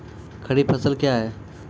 खरीफ फसल क्या हैं?